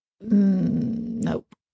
Nope